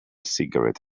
cigarette